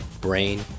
Brain